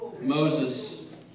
Moses